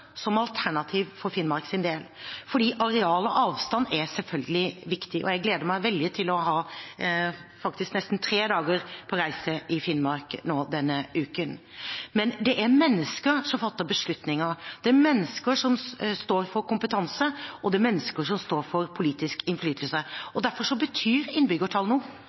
som alternativ for Finnmarks del, for areal og avstand er selvfølgelig viktig. Jeg gleder meg veldig til å ha nesten tre dager på reise i Finnmark denne uken. Det er mennesker som fatter beslutninger, det er mennesker som står for kompetanse, og det er mennesker som står for politisk innflytelse. Derfor betyr innbyggertall noe.